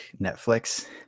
Netflix